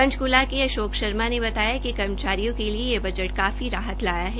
पंचकूला के अशोक शर्मा ने बताया कि कर्मचारियों के लिए यह बजट काफी राहत लाया है